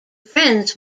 friends